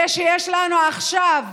זה שיש לנו עכשיו כבר